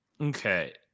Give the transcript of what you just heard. okay